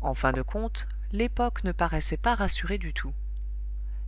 en fin de compte l'époque ne paraissait pas rassurée du tout